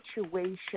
situation